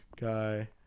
guy